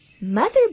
Mother